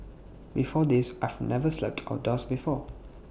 before this I've never slept outdoors before